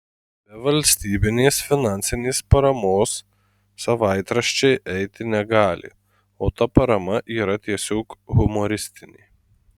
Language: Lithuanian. be valstybės finansinės paramos savaitraščiai eiti negali o ta parama yra tiesiog humoristinė